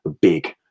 big